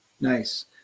Nice